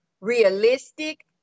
realistic